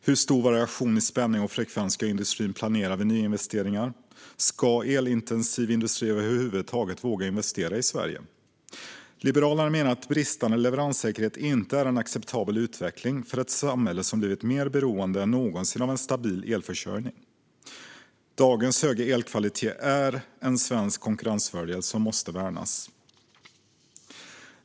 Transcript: Hur stor variation i spänning och frekvens ska industrin planera för vid nyinvesteringar? Ska elintensiv industri över huvud taget våga investera i Sverige? Liberalerna menar att bristande leveranssäkerhet inte är en acceptabel utveckling för ett samhälle som blivit mer beroende än någonsin av en stabil elförsörjning. Dagens höga elkvalitet är en svensk konkurrensfördel som måste värnas.